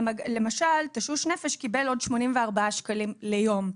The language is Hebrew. למשל תשוש נפש קיבל עוד 84 שקלים ליום,